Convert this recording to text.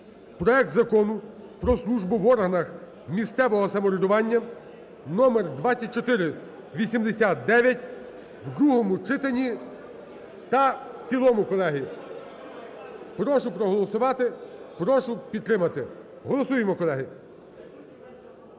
проект Закону про службу в органах місцевого самоврядування (номер 2489) у другому читанні та в цілому, колеги. Прошу проголосувати, прошу підтримати. Голосуємо, колеги.